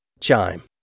Chime